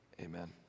amen